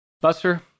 Buster